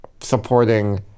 supporting